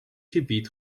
gebied